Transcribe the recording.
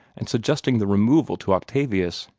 and suggesting the removal to octavius.